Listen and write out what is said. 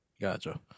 Gotcha